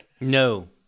No